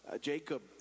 Jacob